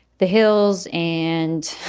the hills. and